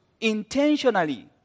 intentionally